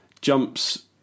jumps